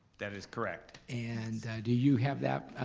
that is correct. and do you have that,